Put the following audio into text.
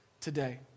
today